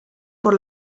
por